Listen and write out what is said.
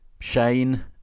Shane